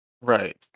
Right